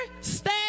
Stay